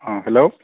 অঁ হেল্ল'